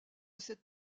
cette